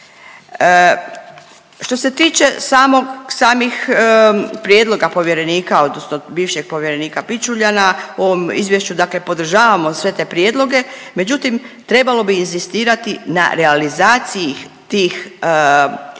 Što se tiče samog, samih prijedloga povjerenika odnosno bivšeg povjerenika Pičuljana o ovom izvješću, dakle podržavamo sve te prijedloge, međutim trebalo bi inzistirati na realizaciji tih prijedloga,